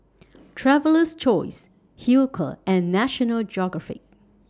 Traveler's Choice Hilker and National Geographic